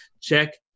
check